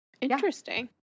interesting